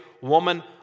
woman